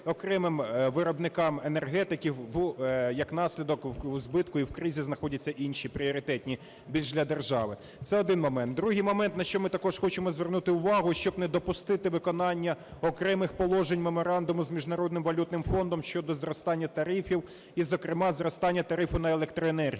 окремим виробникам енергетики, як наслідок в збитку і в кризі знаходяться інші пріоритетні більш для держави. Це один момент. Другий момент, на що ми також хочемо звернути увагу, щоб не допустити виконання окремих положень меморандуму з Міжнародним валютним фондом щодо зростання тарифів і, зокрема, зростання тарифу на електроенергію.